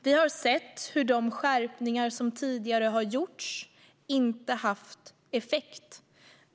Vi har sett hur de skärpningar som tidigare har gjorts inte har haft effekt.